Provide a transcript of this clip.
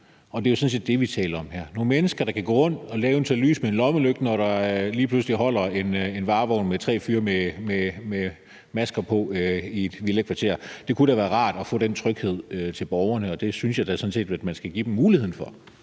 og det er jo sådan set det, vi her taler om, altså nogle mennesker, der kan gå rundt, og som eventuelt kan lyse med en lommelygte, når der i et villakvarter lige pludselig holder en varevogn med tre fyre med masker på. Det kunne da være rart at få den tryghed til borgerne, og det synes jeg da sådan set også at man skal give dem muligheden for.